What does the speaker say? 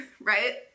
right